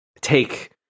take